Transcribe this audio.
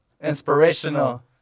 Inspirational